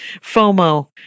FOMO